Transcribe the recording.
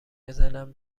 بزنم